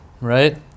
right